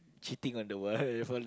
cheating on the wife all